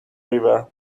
river